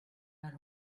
are